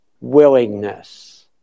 willingness